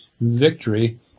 victory